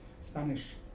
Spanish